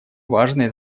важное